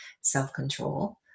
self-control